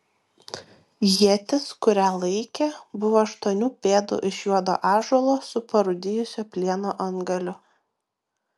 ietis kurią laikė buvo aštuonių pėdų iš juodo ąžuolo su parūdijusio plieno antgaliu